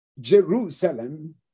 Jerusalem